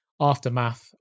aftermath